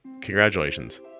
congratulations